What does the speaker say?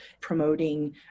promoting